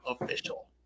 official